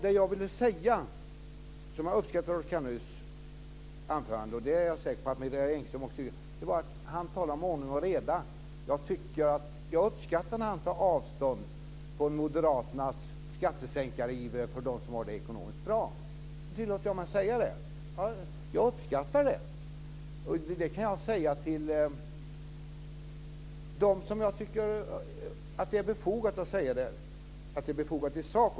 Det jag uppskattade i Rolf Kenneryds anförande, och det är jag säker på att Marie Engström också gör, var att han talade om ordning och reda. Jag uppskattar när han tar avstånd från moderaternas iver att sänka skatter för dem som har det ekonomiskt bra, och då tillåter jag mig att säga det. Jag uppskattar det! Det kan jag säga till dem där jag tycker att det är befogat i sak.